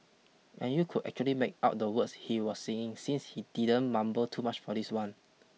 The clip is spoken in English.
and you could actually make out the words he was singing since he didn't mumble too much for this one